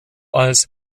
als